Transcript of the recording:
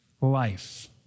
life